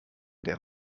der